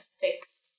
fix